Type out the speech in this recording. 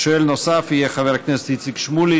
שואל נוסף יהיה חבר הכנסת איציק שמולי,